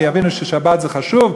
ויבינו שלשמור שבת זה חשוב,